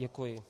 Děkuji.